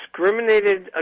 discriminated